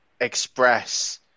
express